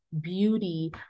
beauty